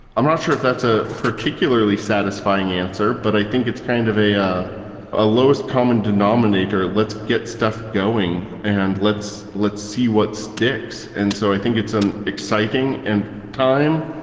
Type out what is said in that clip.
i'm not sure if that's a particularly satisfying answer, but i think it's kind of a ah a lowest common denominator let's get stuff going and let's let's see what sticks. and so i think it's exciting. and time,